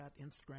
Instagram